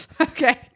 okay